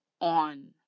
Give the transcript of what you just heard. on